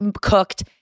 cooked